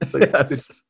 Yes